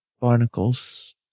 barnacles